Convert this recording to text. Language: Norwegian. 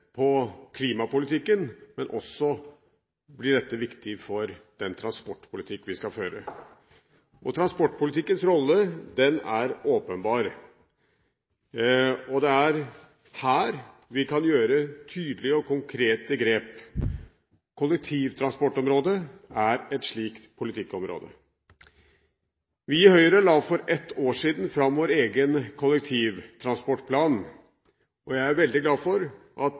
på klimapolitikken, men dette blir også viktig for den transportpolitikken vi skal føre. Transportpolitikkens rolle er åpenbar. Det er her vi kan gjøre tydelige og konkrete grep. Kollektivtransportområdet er et slikt politikkområde. Vi i Høyre la for ett år siden fram vår egen kollektivtransportplan, og jeg er veldig glad for at